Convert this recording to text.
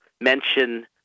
mention